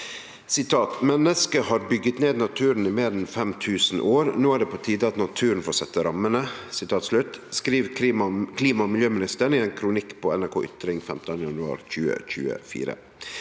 ««Mennesker har bygget ned naturen i mer enn 5 000 år. Nå er det på tide at naturen får sette rammene», skriv klima- og miljøministeren i ein kronikk på NRK Ytring 15. januar 2024.